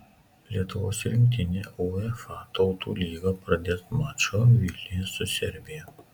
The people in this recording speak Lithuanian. lietuvos rinktinė uefa tautų lygą pradės maču vilniuje su serbija